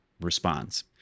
responds